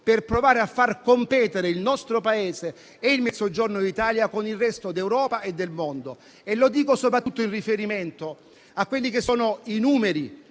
per provare a far competere il nostro Paese e il Mezzogiorno d'Italia con il resto d'Europa e del mondo. Lo dico soprattutto in riferimento a quelli che sono i numeri